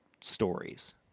stories